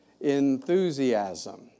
enthusiasm